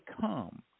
come